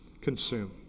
consume